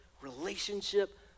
relationship